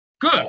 Good